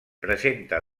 presenta